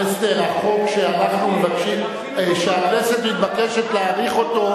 פלסנר, החוק שהכנסת מתבקשת להאריך אותו,